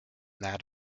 that